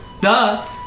Duh